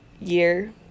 year